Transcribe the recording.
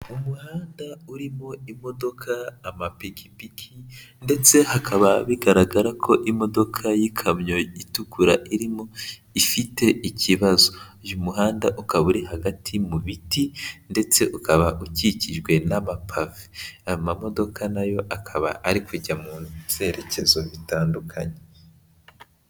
Umuhanda urimo imodoka, amapikipiki ndetse hakaba bigaragara ko imodoka y'ikamyo itukura irimo ifite ikibazo, uyu muhanda ukaba uri hagati mu biti ndetse ukaba ukikijwe n'amapave, amamodoka na yo akaba ari kujya mu byerekezo bitandukanye.